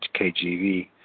KGV